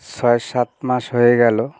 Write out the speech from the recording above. ছয় সাত মাস হয়ে গেলো